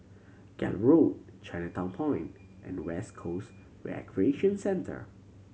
Gallop Road Chinatown Point and West Coast Recreation Centre